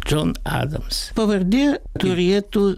džon adams pavardė turėtų